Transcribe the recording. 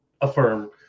affirm